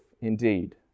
indeed